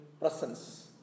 presence